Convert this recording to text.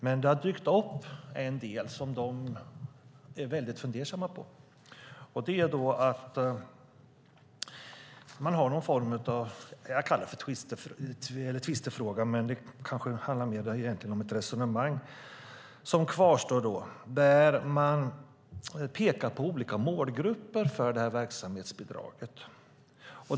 Men det har dykt upp en del som de är väldigt fundersamma över. Man har någon form av, jag kallar det för tvistefråga men det kanske handlar mer om ett kvarstående resonemang där man pekar på olika målgrupper för det här verksamhetsbidraget.